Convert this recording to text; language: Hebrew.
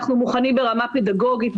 אנחנו מוכנים ברמה פדגוגית,